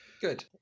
good